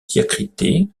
diacrité